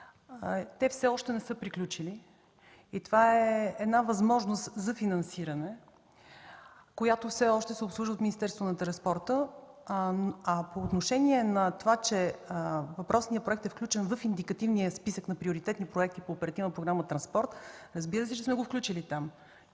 Те все още не са приключили. Това е една възможност за финансиране, която все още се обсъжда от Министерството на транспорта. По отношение на това, че въпросният проект е включен в индикативния списък на приоритетни проекти по Оперативна програма „Транспорт”, разбира се, че сме го включили там.